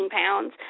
pounds